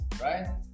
right